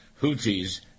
Houthis